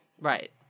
Right